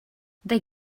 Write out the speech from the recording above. they